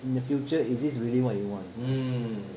in the future is this really what you want